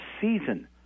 season